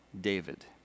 David